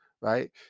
right